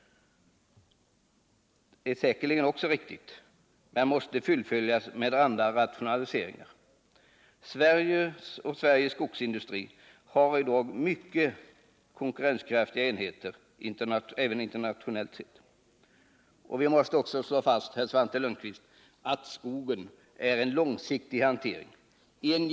Den var säkerligen riktig men måste fullföljas genom andra rationaliseringar. Sveriges skogsindustri har i dag mycket konkurrenskraftiga enheter, även internationellt sett. Vi måste också, herr Svante Lundkvist, slå fast att skogsbruk är en långsiktig hantering.